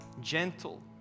gentle